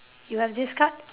you have this card